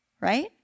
Right